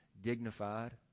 dignified